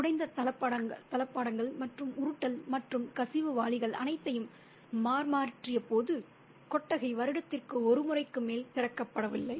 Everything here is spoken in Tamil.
உடைந்த தளபாடங்கள் மற்றும் உருட்டல் மற்றும் கசிவு வாளிகள் அனைத்தையும் மார் மாற்றியபோது கொட்டகை வருடத்திற்கு ஒரு முறைக்கு மேல் திறக்கப்படவில்லை